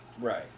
Right